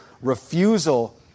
refusal